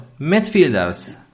midfielders